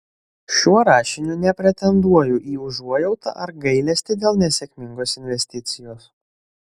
šiuo rašiniu nepretenduoju į užuojautą ar gailestį dėl nesėkmingos investicijos